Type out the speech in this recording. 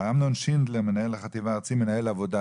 אמנון שינדלר, מנהל החטיבה הארצי ומנהל עבודה.